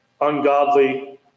ungodly